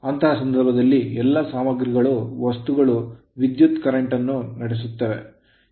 ಅಂತಹ ಸಂದರ್ಭದಲ್ಲಿ ಎಲ್ಲಾ ಸಾಮಗ್ರಿಗಳು ವಸ್ತುಗಳು ವಿದ್ಯುತ್ ಪ್ರವಾಹವನ್ನು ನಡೆಸುತ್ತವೆ ನಡೆಸುತ್ತಿವೆ